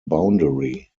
boundary